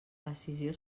decisió